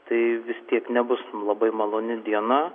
tai vis tiek nebus labai maloni diena